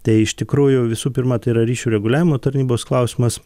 tai iš tikrųjų visų pirma tai yra ryšių reguliavimo tarnybos klausimas